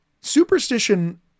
Superstition